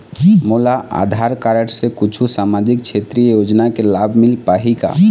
मोला आधार कारड से कुछू सामाजिक क्षेत्रीय योजना के लाभ मिल पाही का?